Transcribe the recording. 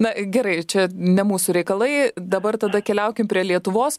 na gerai čia ne mūsų reikalai dabar tada keliaukim prie lietuvos